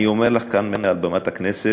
אני אומר לך כאן, מעל במת הכנסת,